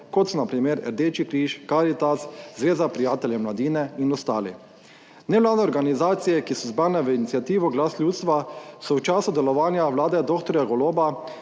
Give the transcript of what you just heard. kot so na primer Rdeči križ, Karitas, Zveza prijateljev mladine in ostali. Nevladne organizacije, ki so zbrane v iniciativo Glas ljudstva, so v času delovanja vlade dr. Goloba